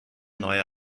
neue